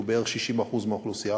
שהוא בערך 60% מהאוכלוסייה,